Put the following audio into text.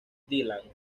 dylan